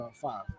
Five